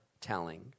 telling